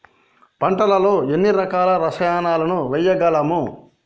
పంటలలో ఎన్ని రకాల రసాయనాలను వేయగలము?